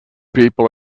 people